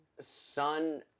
son